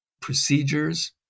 procedures